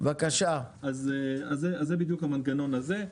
אז זה בדיוק המנגנון הזה.